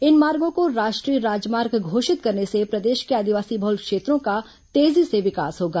इन मार्गो को राष्ट्रीय राजमार्ग घोषित करने से प्रदेश के आदिवासी बहुल क्षेत्रों का तेजी से विकास होगा